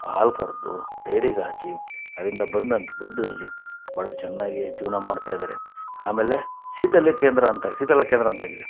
ಹಾಲು ಕರ್ದು ಡೈರಿಗೆ ಹಾಕಿ ಅದರಿಂದ ಬಂದಂಥ ದುಡ್ಡಿನಲ್ಲಿ ಬಹಳ ಚೆನ್ನಾಗಿ ಜೀವನ ಮಾಡ್ತಾ ಇದ್ದಾರೆ ಆಮೇಲೆ ಶೀತಲೀಕೇಂದ್ರ ಅಂತ ಶೀತಲ ಕೇಂದ್ರ ಅಂತಾಗಿದೆ